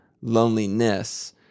loneliness